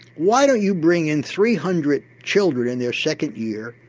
why don't you bring in three hundred children in their second year,